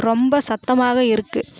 ரொம்ப சத்தமாக இருக்குது